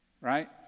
right